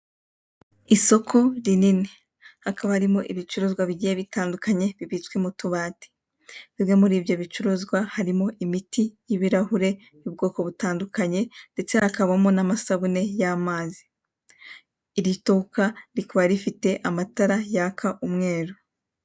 Isoko rinini. Hakaba harimo ibicuruzwa bigiye bitandukanye bibitswe mu tubati. Bimwe muri ibyo bicuruzwa harimo imiti y'ibirahure y'ubwoko butandukanye; ndetse hakabamo n'amasabune y'amazi. Iri duka rikaba rifite amatara yaka umweru.